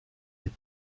des